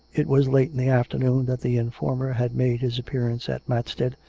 it was late in the afternoon that the informer had made his appearance at matstead,